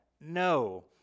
No